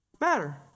matter